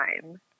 time